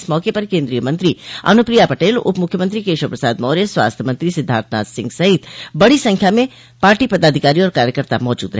इस मौके पर केन्द्रीय मंत्री अनुप्रिया पटेल उप मुख्यमंत्री केशव प्रसाद मौर्य स्वास्थ्य मंत्री सिद्वार्थनाथ सिंह सहित बड़ी संख्या में पार्टी पदाधिकारी और कार्यकर्ता मौजूद रहे